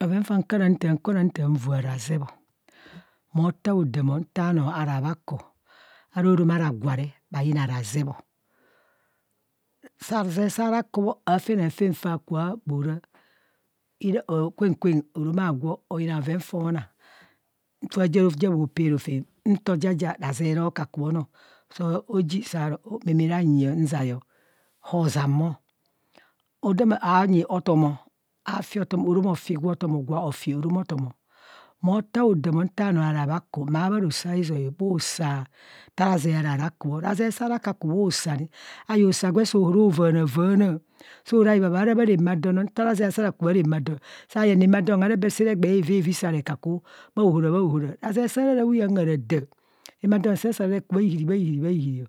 Bhoven taa kara nta, nkara taa nvua razebo mo ta rodam nta noo araa baku, ara orom ara gwa re bhayina razebo. Razub saa rakubho aafenafen kua bho raa either kwem kwem orom agwo oyina bhoven fọọ na, faa ja bhoperofem nto ja ja razeb ro kaku bho no so ji saa roo meme ranyi nzai o, hoo zan bho. Odama, aangi otomo afi otomo, otomo afi otomo, orom afi gwa otomo, gwa ofi orom otomọ mootu odam nta nọọ araa raku bho, razee saa ra ka ku bhusa nta razee araa raku bho, razee saa ra ka ku bhusa re ayee usa gwe soo hora vaana vaana ɛoo ra hibhahaa ara bharaa maa don ọ nta razee a saa ra ku bha ramaa don, saa yee ramaadon aree bhesaare egbee evievi are ka ku bhaohora bhaohora, razee ɛaa rạ rạ huyeng raa daa, ramaadon saa re saa ra re ku bhaihiri, bhaihhiri bhaihiri